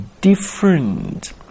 different